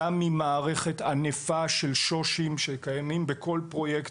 גם ממערכת ענפה של שו"שים שקיימים בכל פרויקט